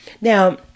Now